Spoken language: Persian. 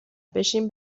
بشین